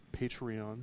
Patreon